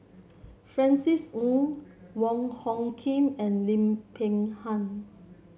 Francis Ng Wong Hung Khim and Lim Peng Han